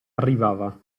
arrivava